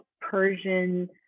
Persian